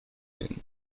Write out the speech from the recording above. inn